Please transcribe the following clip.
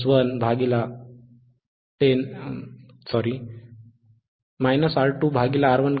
R2R1 का